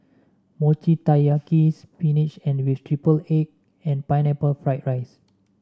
Mochi Taiyaki spinach with triple egg and Pineapple Fried Rice